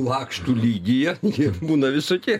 lakštų lygyje jie būna visokie